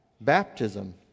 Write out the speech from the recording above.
Baptism